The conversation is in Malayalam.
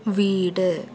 വീട്